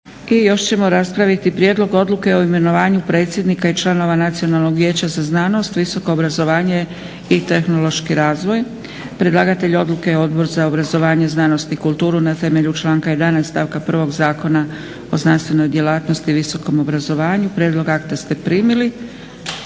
I još ćemo raspraviti - Prijedlog odluke o imenovanju predsjednika i članova Nacionalnog vijeća za znanost, visoko obrazovanje i tehnološki razvoj Predlagatelj odluke je Odbor za obrazovanje, znanost i kulturu na temelju članka 11. stavka 1. Zakona o znanstvenoj djelatnosti i visokom obrazovanju. Prijedlog akta ste primili.